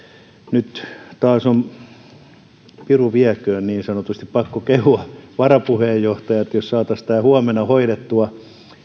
nyt taas on piru vieköön niin sanotusti pakko kehua varapuheenjohtajaa että jos saataisiin tämä huomenna hoidettua